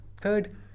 third